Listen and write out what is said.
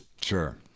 Sure